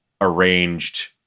arranged